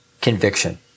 conviction